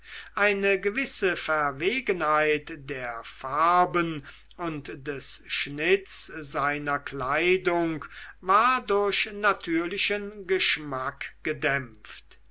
eine gewisse verwegenheit der farben und des schnitts seiner kleidung war durch natürlichen geschmack gedämpft